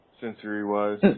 sensory-wise